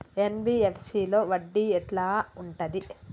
NBFC లో వడ్డీ ఎట్లా ఉంటది?